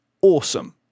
awesome